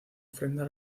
ofrenda